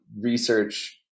research